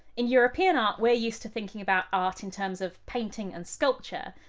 in european art we're used to thinking about art in terms of painting and sculpture,